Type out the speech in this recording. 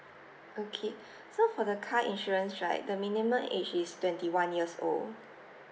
okay so for the car insurance right the minimum age is twenty one years old